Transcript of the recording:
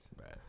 Right